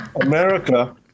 America